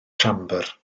siambr